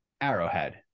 Arrowhead